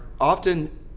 often